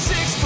Six